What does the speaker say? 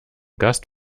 gast